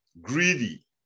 greedy